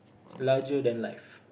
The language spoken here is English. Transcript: larger than life